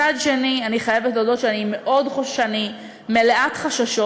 מצד שני, אני חייבת להודות שאני מלאת חששות.